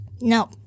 no